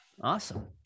Awesome